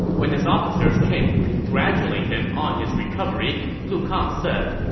when his officers came to congratulate him on his recovery, lu kang said,